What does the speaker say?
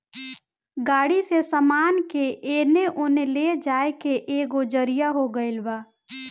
गाड़ी से सामान के एने ओने ले जाए के एगो जरिआ हो गइल बा